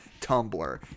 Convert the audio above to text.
tumblr